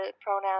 pronoun